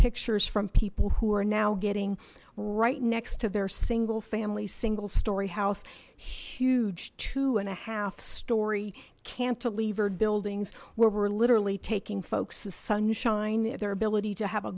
pictures from people who are now getting right next to their single family single story house huge two and a half story cantilevered building we're literally taking folks to sunshine their ability to have a